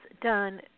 done